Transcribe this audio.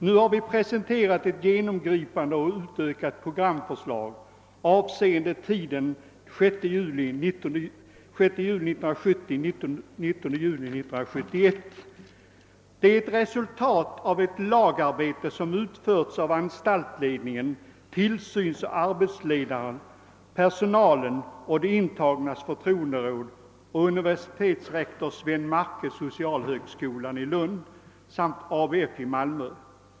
Nu har vi presenterat ett genomgripande, utökat programförslag avseende tiden 6 juli 1970—19 juni 1971. Det är resultatet av ett lagarbete som utförts av anstaltsledningen, tillsynsoch arbetsledarpersonalen, de intagnas förtroenderåd, lektor Sven Marke vid socialhögskolan i Lund samt ABF i Malmö.